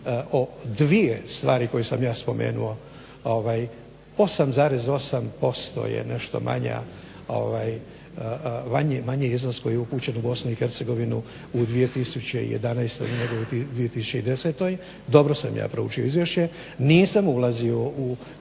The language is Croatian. o dvije stvari koje sam ja spomenuo. 8,8% je nešto manji iznos koji je upućen u BiH u 2011. godini, 2010. Dobro sam ja proučio izvješće, nisam ulazio u